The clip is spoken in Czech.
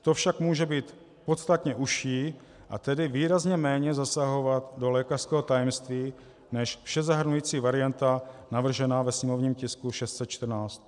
To však může být podstatně užší, a tedy výrazně méně zasahovat do lékařského tajemství než všezahrnující varianta navržená ve sněmovním tisku 614.